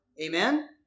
amen